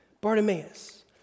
Bartimaeus